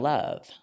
Love